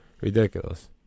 Ridiculous